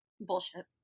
bullshit